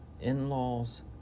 in-laws